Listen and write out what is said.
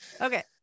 Okay